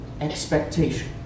expectation